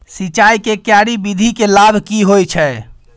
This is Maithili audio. सिंचाई के क्यारी विधी के लाभ की होय छै?